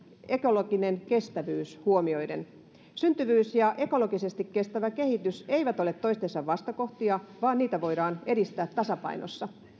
ekologinen kestävyys huomioiden syntyvyys ja ekologisesti kestävä kehitys eivät ole toistensa vastakohtia vaan niitä voidaan edistää tasapainossa